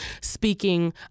speaking